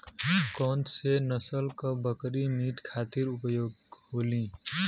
कौन से नसल क बकरी मीट खातिर उपयोग होली?